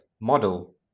model